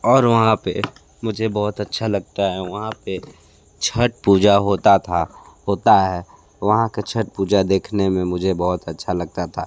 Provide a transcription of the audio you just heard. और वहाँ पे मुझे बहुत अच्छा लगता है वहाँ पे छठ पूजा होता था होता है वहाँ का छठ पूजा देखने में मुझे बहुत अच्छा लगता था